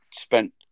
spent